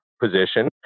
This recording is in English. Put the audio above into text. position